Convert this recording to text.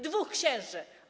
Dwóch księży.